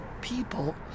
people